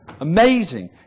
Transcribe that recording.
Amazing